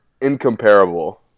incomparable